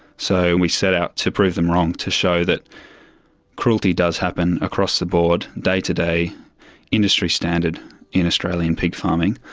so and we set out to prove them wrong, to show that cruelty does happen across the board day-to-day industry standard in australian pig farming.